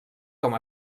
com